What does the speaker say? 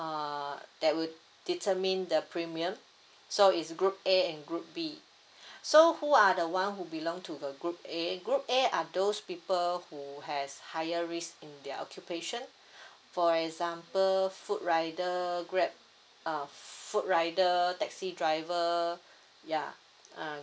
uh that would determine the premium so it's group A and group B so who are the one who belong to the group A group A are those people who has higher risk in their occupation for example food rider grab uh food rider taxi driver ya uh